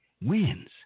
wins